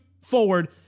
forward